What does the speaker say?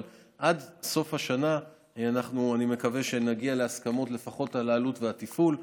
אבל עד סוף השנה אני מקווה שנגיע להסכמות לפחות על העלות ועל התפעול,